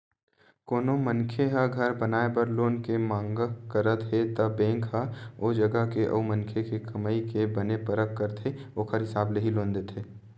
कोनो मनखे ह घर बनाए बर लोन के मांग करत हे त बेंक ह ओ जगा के अउ मनखे के कमई के बने परख करथे ओखर हिसाब ले ही लोन देथे